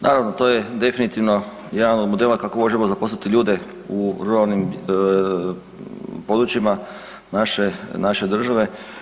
Naravno, to je definitivno jedan od modela kako možemo zaposliti ljude u ruralnim područjima naše, naše države.